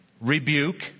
rebuke